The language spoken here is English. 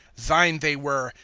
thine they were,